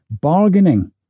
bargaining